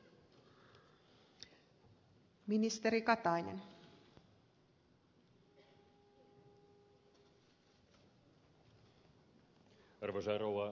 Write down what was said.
arvoisa rouva puhemies